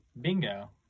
Bingo